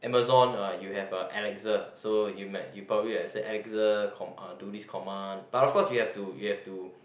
Amazon uh you have a Alexa so you might you probably have to say Alexa uh do this command but of course you have to you have to